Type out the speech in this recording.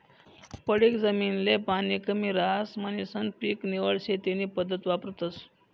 पडीक जमीन ले पाणी कमी रहास म्हणीसन पीक निवड शेती नी पद्धत वापरतस